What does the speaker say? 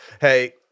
Hey